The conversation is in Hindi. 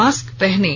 मास्क पहनें